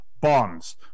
bonds